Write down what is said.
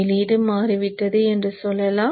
வெளியீடு மாறிவிட்டது என்று சொல்லலாம்